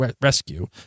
rescue